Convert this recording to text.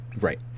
Right